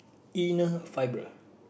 inner fiber